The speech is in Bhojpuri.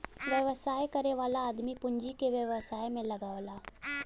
व्यवसाय करे वाला आदमी पूँजी के व्यवसाय में लगावला